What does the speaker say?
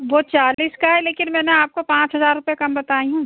वो चालीस का है लेकिन मैंने आपको पाँच हजार रुपए कम बताई हूँ